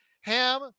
ham